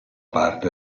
parte